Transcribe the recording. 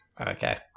Okay